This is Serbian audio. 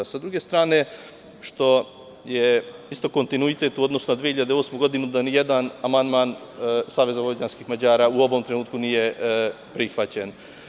S druge strane, što je isto kontinuitet u odnosu na 2008. godinu, ni jedan amandman SVM u ovom trenutku nije prihvaćen.